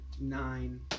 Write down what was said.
Nine